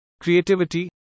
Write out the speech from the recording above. creativity